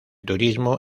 turismo